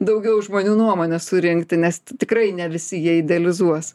daugiau žmonių nuomones surinkti nes ti tikrai ne visi jie idealizuos